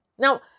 Now